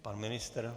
Pan ministr?